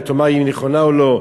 ותאמר אם היא נכונה או לא,